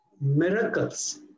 miracles